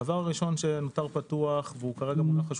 הדבר הראשון שנותר פתוח וכרגע מונח על